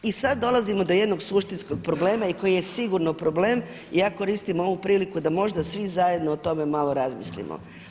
I sada dolazimo do jednog suštinskog problema i koji je sigurno problem i ja koristim ovu priliku da možda svi zajedno o tome malo razmislimo.